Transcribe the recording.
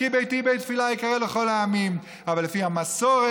"כי ביתי בית תפִלה יִקרא לכל העמים" אבל לפי המסורת.